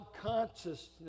consciousness